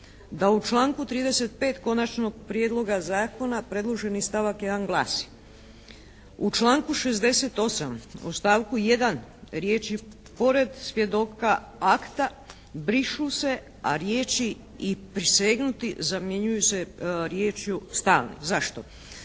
da u članku 35. konačnog prijedloga zakona predloženi stavak 1. glasi: "U članku 68. u stavku 1. riječi: "pored svjedoka akta" brišu se a riječi: "i prisegnuti" zamjenjuju se riječju: "stalni"." Zašto?